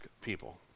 people